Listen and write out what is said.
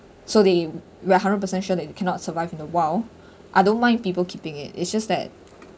so they we are one hundred percent sure they cannot survive in the wild I don't mind people keeping it it's just that